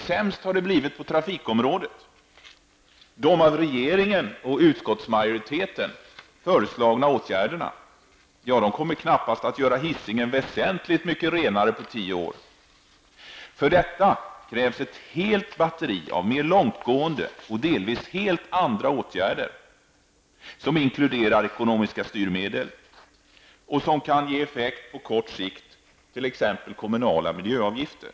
Sämst har det blivit på trafikområdet. De av regeringen och utskottsmajoriteten föreslagna åtgärderna kommer knappast att göra Hisingen väsentligt mycket renare på tio år. För detta krävs ett helt batteri av mer långtgående och delvis helt andra åtgärder, som inkluderar kraftiga ekonomiska styrmedel som kan ge effekt på kort sikt, t.ex. kommunala miljöavgifter.